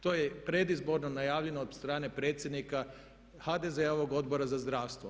To je predizborno najavljeno od strane predsjednika HDZ-ovog Odbora za zdravstvo.